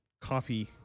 coffee